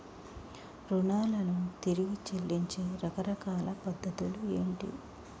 రుణాలను తిరిగి చెల్లించే రకరకాల పద్ధతులు ఏంటి?